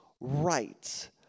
right